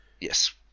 Yes